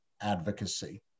advocacy